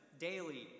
daily